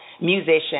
musician